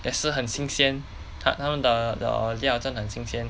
也是很新鲜它它们的的料真的很新鲜